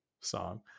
song